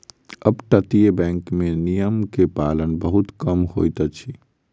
अपतटीय बैंक में नियम के पालन बहुत कम होइत अछि